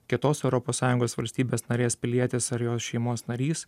kitos europos sąjungos valstybės narės pilietis ar jos šeimos narys